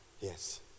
Yes